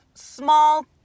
Small